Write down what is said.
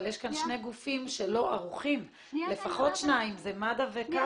אבל יש כאן שני גופים שלא ערוכים לפחות שני גופים זה מד"א וכב"ה.